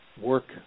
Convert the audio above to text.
work